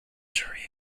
shariah